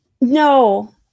No